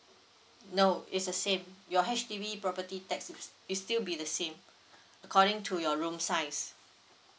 no it's the same your H_D_B property tax is is still be the same according to your room size